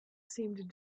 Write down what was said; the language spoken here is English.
seemed